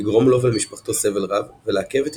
לגרום לו ולמשפחתו סבל רב ולעכב את